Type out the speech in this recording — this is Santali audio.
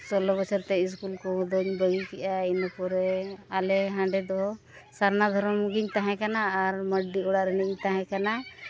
ᱥᱳᱞᱞᱳ ᱵᱚᱪᱷᱚᱨ ᱨᱮ ᱥᱠᱩᱞ ᱠᱚᱫᱚᱧ ᱵᱟᱹᱜᱤ ᱠᱮᱫᱟ ᱤᱱᱟᱹᱯᱚᱨᱮ ᱟᱞᱮ ᱦᱟᱸᱰᱮ ᱫᱚ ᱥᱟᱨᱱᱟ ᱫᱷᱚᱨᱚᱢ ᱜᱤᱧ ᱛᱟᱦᱮᱸ ᱠᱟᱱᱟ ᱟᱨ ᱢᱟᱹᱨᱰᱤ ᱚᱲᱟᱜ ᱨᱤᱱᱤᱡ ᱤᱧ ᱛᱟᱦᱮᱸᱠᱟᱱᱟ